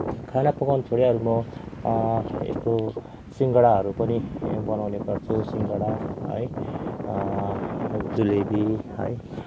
खाना पकाउन छोडी अरू म यस्तो सिङ्गडाहरू पनि बनाउने गर्छु सिङ्गडा है जुलेबी है